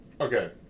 okay